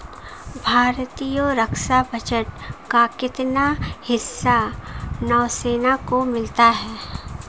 भारतीय रक्षा बजट का कितना हिस्सा नौसेना को मिलता है?